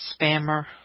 Spammer